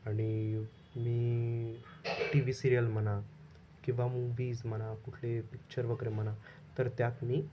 आणि मी T V serial म्हणा किंवा मूव्हीज म्हणा कुठले पिक्चर वगैरे म्हणा तर त्यात मी